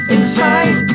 Inside